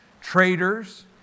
traitors